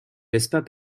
laissent